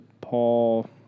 Paul